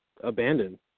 abandoned